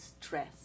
stress